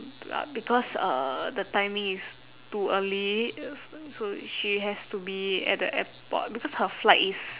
ya because uh the timing is too early uh s~ s~ so she has to be at the airport because her flight is